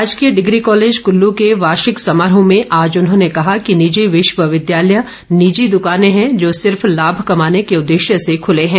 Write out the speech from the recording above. राजकीय degree college Kellu के वार्षिक समारोह में आज उन्होंने कहा कि निजी विद्यालय निजी द्काने हैं जो सिर्फ लाभ कमाने के उददेश्य से खुले हैं